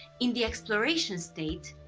in the exploration state,